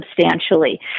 substantially